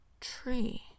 tree